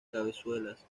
cabezuelas